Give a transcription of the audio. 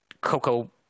Coco